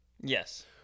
yes